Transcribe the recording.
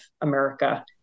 America